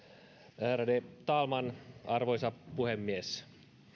ärade talman arvoisa puhemies